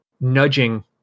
nudging